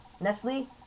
Nestle